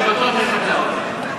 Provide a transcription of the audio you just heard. אני בטוח אשכנע אותך.